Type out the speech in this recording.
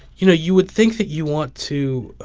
you know, you would think that you want to